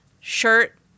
shirt